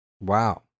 wow